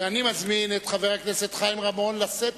אני מזמין את חבר כנסת חיים רמון לשאת